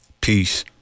Peace